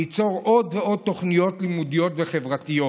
ליצור עוד ועוד תוכניות לימודיות וחברתיות.